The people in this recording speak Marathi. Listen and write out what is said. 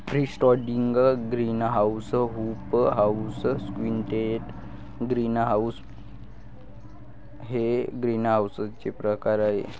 free standing greenhouse, hoop house, quonset greenhouse हे ग्रीनहाऊसचे प्रकार आहे